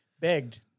begged